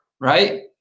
right